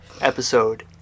episode